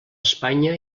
espanya